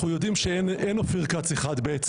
אופיר כץ, אנחנו יודעים שאין אופיר כץ אחד.